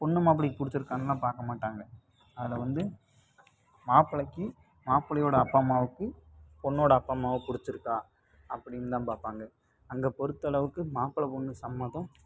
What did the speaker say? பொண்ணு மாப்பிள்ளைக்கு பிடிச்சிருக்கான்லாம் பார்க்கமாட்டாங்க அதில் வந்து மாப்பிளைக்கு மாப்பிளையோடய அப்பா அம்மாவுக்கு பொண்ணோடய அப்பா அம்மாவை பிடிச்சிருக்கா அப்படின்தான் பார்ப்பாங்க அங்கே பொறுத்த அளவுக்கு மாப்பிளை பொண்ணு சம்மதம்